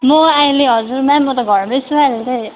म अहिले हजुर म्याम म त घरमै छु अहिले चाहिँ